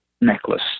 necklace